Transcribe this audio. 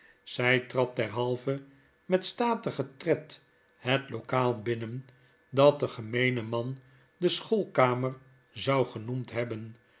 zij trad derhalve metstatigen tred het lokaal binnen dat de gemeene man de schoolkamer zou genoemd hebben